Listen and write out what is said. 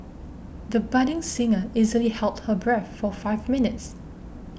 the budding singer easily held her breath for five minutes